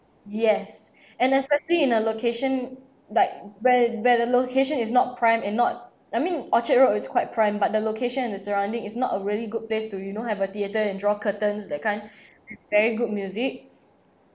yes and especially in a location like where where location is not prime and not I mean orchard road is quite prime but the location and the surrounding is not a really good place to you know have a theatre and draw curtains that kind with very good music